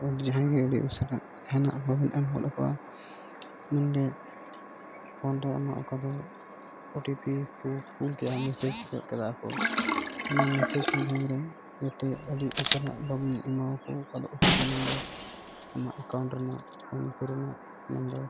ᱟᱨ ᱡᱟᱦᱟᱸᱭ ᱜᱮ ᱟᱹᱰᱤ ᱩᱥᱟᱹᱨᱟ ᱡᱟᱦᱟᱱᱟᱜ ᱵᱟᱵᱚᱱ ᱮᱢ ᱜᱚᱫ ᱟᱠᱚᱣᱟ ᱢᱟᱱᱮ ᱯᱷᱳᱱ ᱨᱮ ᱟᱢᱟᱜ ᱚᱠᱟ ᱫᱚ ᱳ ᱴᱤ ᱯᱤ ᱠᱚ ᱠᱩᱞ ᱠᱮᱜᱼᱟ ᱠᱚ ᱥᱮ ᱢᱮᱥᱮᱡᱽ ᱠᱮᱫᱟ ᱠᱚ ᱱᱚᱣᱟ ᱢᱮᱥᱮᱡᱽ ᱢᱟᱭᱫᱷᱚᱢ ᱨᱮ ᱚᱱᱟᱛᱮ ᱟᱹᱰᱤ ᱩᱥᱟᱹᱨᱟ ᱵᱟᱵᱚᱱ ᱮᱢᱟ ᱠᱚ ᱚᱠᱟ ᱫᱚ ᱳ ᱴᱤ ᱯᱤ ᱱᱟᱢᱵᱟᱨ ᱟᱢᱟᱜ ᱮᱠᱟᱣᱩᱱᱴ ᱨᱮᱱᱟᱜ ᱯᱷᱳᱱᱯᱮ ᱨᱮᱱᱟᱜ ᱱᱟᱢᱵᱟᱨ